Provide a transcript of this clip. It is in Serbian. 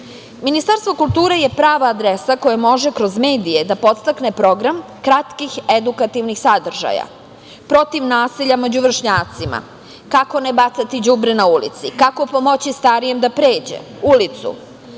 Ministarstvo kulture je prava adresa koja može kroz medije da podstakne program kratkih edukativnih sadržaja protiv nasilja među vršnjacima, kako ne bacati đubre na ulici, kako pomoći starijem da pređe ulicu.